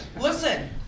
listen